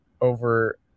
over